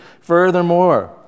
Furthermore